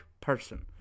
person